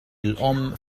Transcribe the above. الأم